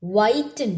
White